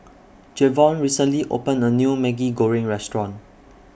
Jevon recently opened A New Maggi Goreng Restaurant